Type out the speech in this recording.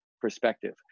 perspective